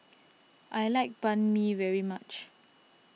I like Banh Mi very much